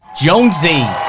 Jonesy